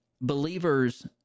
believers